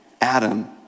Adam